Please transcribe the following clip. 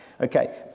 Okay